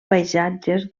paisatges